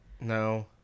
No